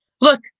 look